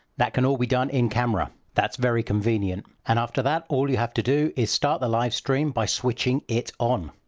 that can all be done in camera. that's very convenient. and after that, all you have to do is start the live stream by switching it on.